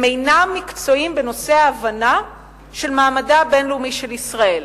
הם אינם מקצועיים בנושא ההבנה של מעמדה הבין-לאומי של ישראל.